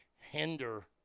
Hinder